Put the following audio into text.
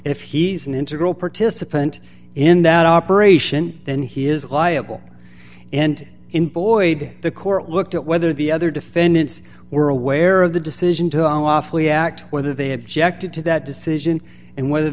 if he's an integral participant in that operation then he is liable and in boyd the court looked at whether the other defendants were aware of the decision to all lawfully act whether they have jacked it to that decision and whether